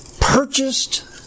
purchased